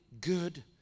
good